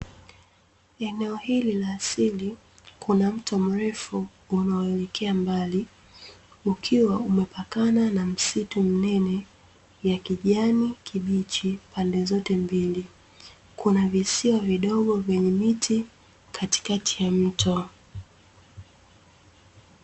Eneo hili la asili, kuna mto mrefu unaoelekea mbali, ukiwa umepakana na misitu minene ya kijani kibichi, pande zote mbili kuna visiwa vidogo vyenye miti katikati ya mto.